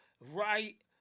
right